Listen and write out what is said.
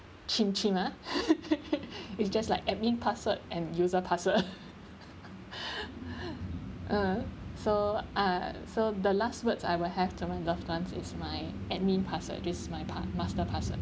cheem cheem ah it's just like admin password and user password ah so ah so the last words I will have to my loved ones is my admin password which is my pa~ master password